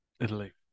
Italy